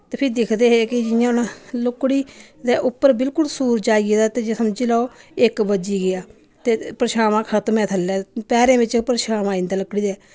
ते फ्ही दिखदे हे कि जि'यां हून लुकड़ी दे उप्पर बिलकुल सूरज आई गेदा ते समझी लाओ इक बज्जी गेआ ते परछामां खत्म ऐ थल्लै पैरें बिच परछामां आई जंदा लकड़ी दा